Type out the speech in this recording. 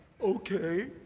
okay